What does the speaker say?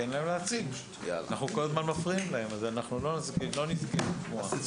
המשרד מתקצב תוספת של 16.5 מיליון שקלים נוספים לבסיס